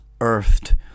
earthed